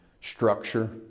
structure